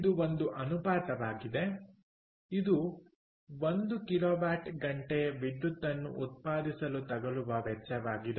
ಇದು ಒಂದು ಅನುಪಾತವಾಗಿದೆ ಇದು 1 ಕಿಲೋವ್ಯಾಟ್ ಗಂಟೆ ವಿದ್ಯುತ್ತನ್ನು ಉತ್ಪಾದಿಸಲು ತಗಲುವ ವೆಚ್ಚವಾಗಿದೆ